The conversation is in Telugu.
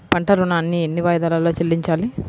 పంట ఋణాన్ని ఎన్ని వాయిదాలలో చెల్లించాలి?